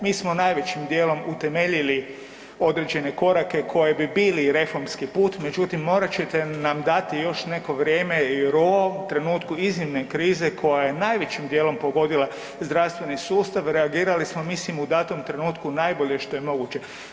Mi smo najvećim dijelom utemeljili određene korake koji bi bili reformski put, međutim, morat ćete nam dati još neko vrijeme jer u ovom trenutku iznimne krize koja je najvećim dijelom pogodila zdravstveni sustav, reagirali smo, mislim, u datom trenutku najbolje što je moguće.